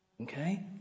Okay